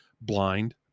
Blind